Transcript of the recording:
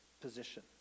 position